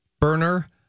burner